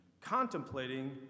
contemplating